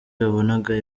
yabonaga